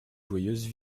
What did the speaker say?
joyeuse